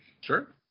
sure